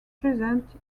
present